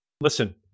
Listen